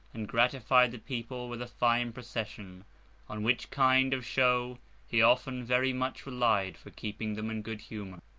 and gratified the people with a fine procession on which kind of show he often very much relied for keeping them in good humour.